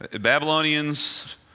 Babylonians